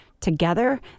together